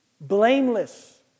blameless